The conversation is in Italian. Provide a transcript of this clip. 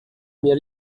mia